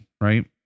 Right